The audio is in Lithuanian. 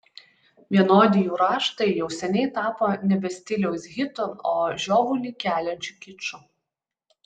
vienodi jų raštai jau seniai tapo nebe stiliaus hitu o žiovulį keliančiu kiču